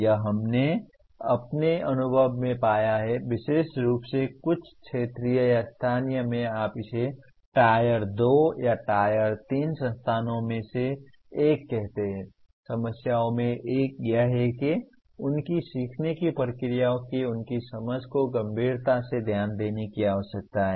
यह हमने अपने अनुभव में पाया है विशेष रूप से कुछ क्षेत्रीय या स्थानीय में आप इसे tier 2 या tier 3 संस्थानों में से एक कहते हैं समस्याओं में से एक यह है कि उनकी सीखने की प्रक्रियाओं की उनकी समझ को गंभीरता से ध्यान देने की आवश्यकता है